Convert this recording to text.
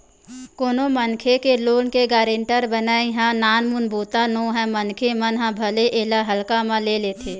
कोनो मनखे के लोन के गारेंटर बनई ह नानमुन बूता नोहय मनखे मन ह भले एला हल्का म ले लेथे